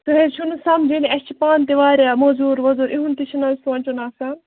تُہۍ حظ چھِِو نہٕ سَمجھٲنی اَسہِ چھِ پانہٕ تہِ واریاہ موٚزوٗر ووٚزوٗر أہُنٛد تہِ چھُنہٕ حظ سونٛچُن آسان